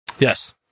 Yes